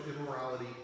immorality